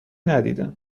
ندیدم